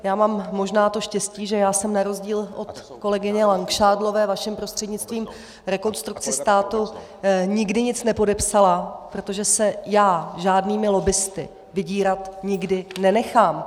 Já mám možná to štěstí, že já jsem na rozdíl od kolegyně Langšádlové, vaším prostřednictvím, Rekonstrukci státu nikdy nic nepodepsala, protože se já žádnými lobbisty vydírat nikdy nenechám.